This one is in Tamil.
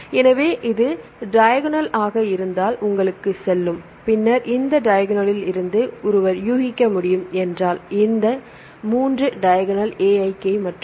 எனவே இது டையஃக்னல் ஆக இருந்தால் உங்களுக்குச் சொல்லும் பின்னர் இந்த டையஃக்னலிருந்து ஒருவர் ஊகிக்க முடியும் என்றால் இந்த 3 டையஃக்னல் AIK மட்டுமே